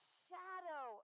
shadow